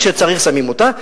כשצריך שמים אותה,